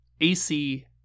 AC